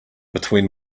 between